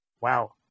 wow